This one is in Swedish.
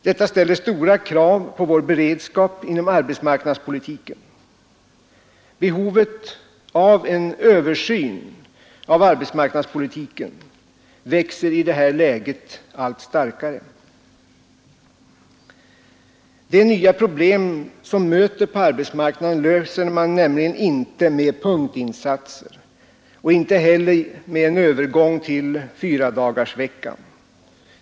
Detta ställer stora krav på vår beredskap inom arbetsmarknadspolitiken. Behovet av en översyn av arbetsmarknadspolitiken växer sig i det här läget allt starkare. De nya problem som möter på arbetsmarknaden löser man nämligen inte med punktinsatser och inte heller med en övergång till fyradagarsvecka.